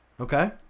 Okay